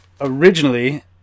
originally